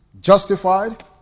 justified